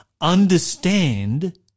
understand